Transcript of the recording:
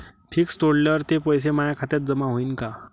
Fix तोडल्यावर ते पैसे माया खात्यात जमा होईनं का?